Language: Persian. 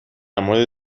مورد